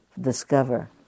discover